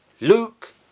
Luke